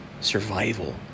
survival